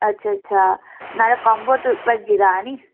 अच्छा अच्छा न्हाड़ा कोम्बो भज्जी दा ऐ निं